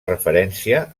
referència